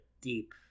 deep